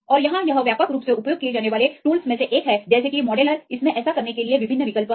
और यहाँ यह व्यापक रूप से उपयोग किए जाने वाले टूल्समें से एक है जैसे कि मॉडेलर इसमें ऐसा करने के लिए विभिन्न विकल्प हैं